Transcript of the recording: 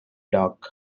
dock